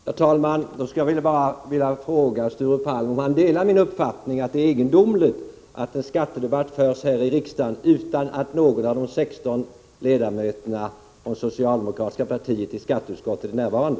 Herr talman! Jag skulle bara vilja fråga Sture Palm om han delar min uppfattning att det är egendomligt att en skattedebatt förs här i kammaren utan att någon av de 16 ledamöterna resp. suppleanterna från det socialdemokratiska partiet i skatteutskottet är närvarande.